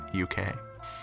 uk